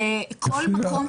לכל מקום.